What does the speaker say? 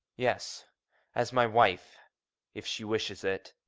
yes as my wife if she wishes it.